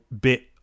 bit